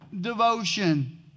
devotion